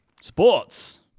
Sports